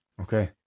Okay